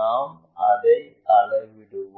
நாம் அதை அளவிடுவோம்